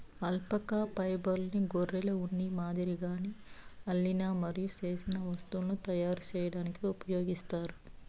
alpaca ఫైబర్ను గొర్రెల ఉన్ని మాదిరిగానే అల్లిన మరియు నేసిన వస్తువులను తయారు చేయడానికి ఉపయోగిస్తారు